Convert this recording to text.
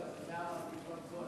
אני מתנצל בפניך, אדוני